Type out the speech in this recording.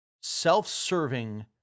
self-serving